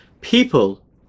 People